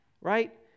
Right